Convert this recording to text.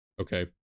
Okay